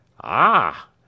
Ah